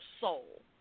soul